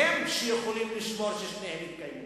הם שיכולים לשמור ששניהם יתקיימו.